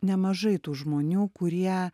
nemažai tų žmonių kurie